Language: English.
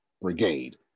brigade